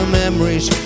memories